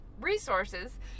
resources